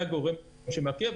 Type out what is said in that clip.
היה גורם שמעכב,